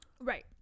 Right